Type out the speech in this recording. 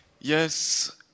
yes